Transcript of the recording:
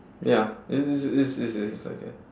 ya is is is is is is like that